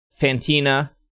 Fantina